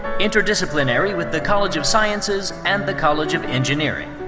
interdisciplinary with the college of sciences and the college of engineering.